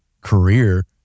career